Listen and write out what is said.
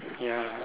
ya